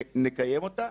נקיים אותה.